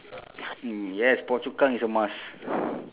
mm yes phua chu kang is a must